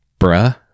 bruh